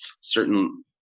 certain